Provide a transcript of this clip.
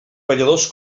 balladors